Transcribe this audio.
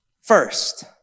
first